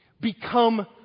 become